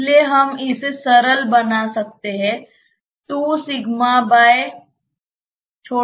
इसलिए हम इसे सरल बना सकते हैं